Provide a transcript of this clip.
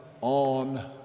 on